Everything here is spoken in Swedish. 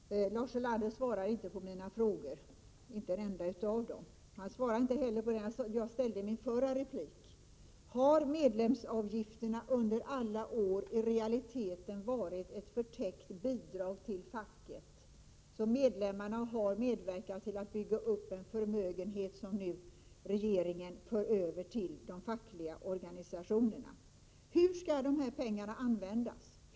Herr talman! Lars Ulander svarade inte på de frågor som jag ställde i mitt inledningsanförande — inte på en enda av dem. Han svarade inte heller på frågorna i mitt förra anförande. Har medlemsavgifterna under alla år i realiteten varit ett förtäckt bidrag till facket, så att medlemmarna har medverkat till att bygga upp en förmögenhet som regeringen nu för över till de fackliga organisationerna? Hur skall de här pengarna användas?